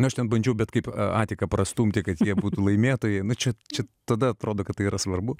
na aš ten bandžiau bet kaip atiką prastumti kad jie būtų laimėtojai na čia čia tada atrodo kad tai yra svarbu